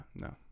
No